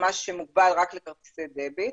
ממש מוגבל רק לכרטיסי דביט.